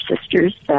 sisters